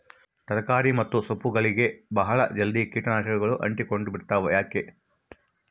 ತರಕಾರಿ ಮತ್ತು ಸೊಪ್ಪುಗಳಗೆ ಬಹಳ ಜಲ್ದಿ ಕೇಟ ನಾಶಕಗಳು ಅಂಟಿಕೊಂಡ ಬಿಡ್ತವಾ ಯಾಕೆ?